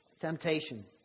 Temptation